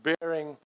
bearing